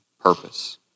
purpose